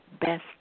best